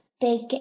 big